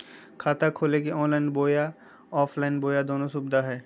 खाता खोले के ऑनलाइन बोया ऑफलाइन बोया दोनो सुविधा है?